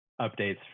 updates